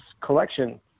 collection